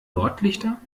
nordlichter